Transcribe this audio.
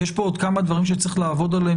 יש כאן עוד כמה דברים שצריך לעבוד עליהם